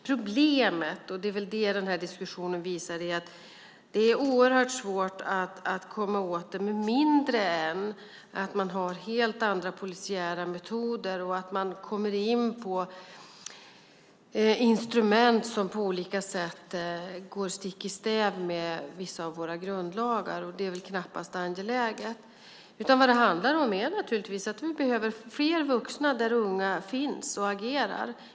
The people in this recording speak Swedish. Problemet - och det är väl det denna diskussion visar - är att det är oerhört svårt att komma åt det med mindre än att man har helt andra polisiära metoder och att man kommer in på instrument som på olika sätt går stick i stäv med vissa av våra grundlagar, och det är väl knappast angeläget. Vad det handlar om är naturligtvis att vi behöver fler vuxna där unga finns och agerar.